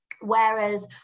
whereas